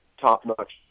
top-notch